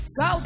Go